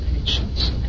patience